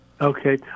Okay